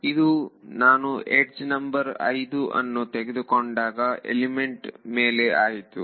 ಇದು ನಾನು edge number 5 ಅನ್ನು ತೆಗೆದುಕೊಂಡಾಗ ಎಲಿಮೆಂಟ್ ಮೇಲೆ ಆಯಿತು